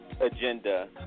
agenda